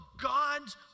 God's